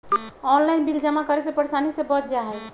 Online bill जमा करे से परेशानी से बच जाहई?